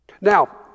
Now